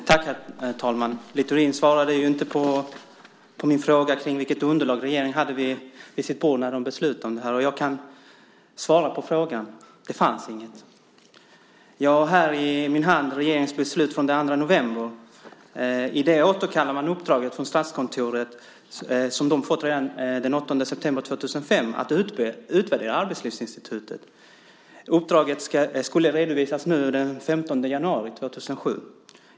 Herr talman! Littorin svarade inte på min fråga om vilket underlag regeringen hade på sitt bord när den beslutade om det här. Jag kan svara på frågan. Det fanns inget. Jag har i min hand regeringens beslut från den 2 november. I det återkallar man det uppdrag från Statskontoret som de fått den 8 september 2005 att utvärdera Arbetslivsinstitutet. Uppdraget skulle redovisas den 15 januari 2007.